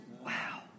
Wow